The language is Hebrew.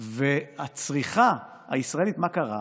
והצריכה הישראלית, מה קרה?